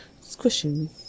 squishing